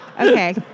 Okay